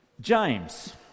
James